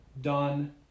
done